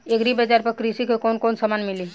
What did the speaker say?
Agri बाजार पर कृषि के कवन कवन समान मिली?